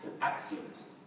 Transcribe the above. axioms